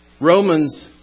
Romans